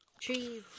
Cheese